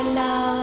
love